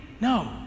No